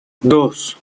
dos